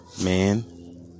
man